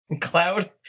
cloud